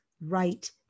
right